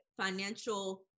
financial